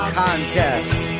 contest